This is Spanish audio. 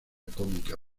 cómica